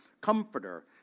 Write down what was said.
comforter